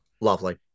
Lovely